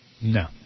No